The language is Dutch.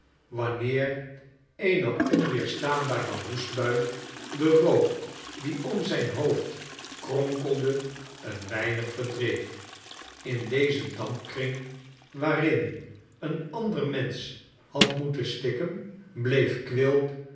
wanneer eene onweerstaanbare hoestbui den rook die om zijn hoofd kronkelde een weinig yerdreef in dezen dampkring waarin een ander mensch had moeten stikken nelly bleef quilp